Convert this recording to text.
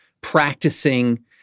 practicing